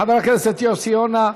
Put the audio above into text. חבר הכנסת יוסי יונה,